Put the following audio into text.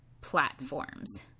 platforms